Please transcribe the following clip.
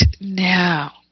now